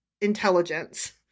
intelligence